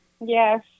Yes